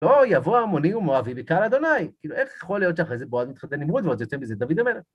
לא יבוא עמוני ומואבי בקהל ה'. כאילו, איך יכול להיות שאחרי זה בועז מתחתן עם רות ועוד יוצא מזה דוד המלך?